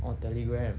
orh telegram